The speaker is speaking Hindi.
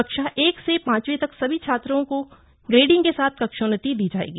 कक्षा एक से पांचवीं तक सभी छात्रों को ग्रेडिंग के साथ कक्षोन्नति दी जाएगी